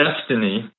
destiny